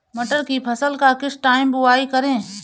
मटर की फसल का किस टाइम बुवाई करें?